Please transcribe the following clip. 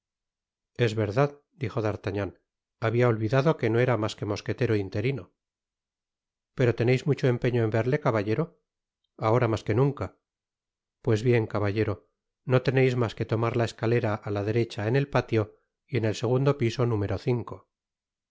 es verdad dijo d'artagnan habia olvidado que no era mas que mosquetero interino pero teneis mucho empeño en verle caballero ahora mas que nunca pues bien caballero no teneis mas que tomar la escalera á la derecha en el patio y en el segundo piso